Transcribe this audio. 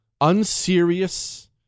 Unserious